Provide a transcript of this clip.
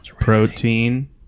Protein